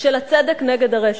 של הצדק נגד הרשע.